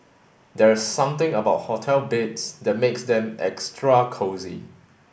there's something about hotel beds that makes them extra cosy